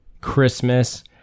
Christmas